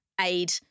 aid